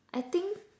I think